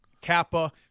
Kappa